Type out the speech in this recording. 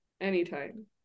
anytime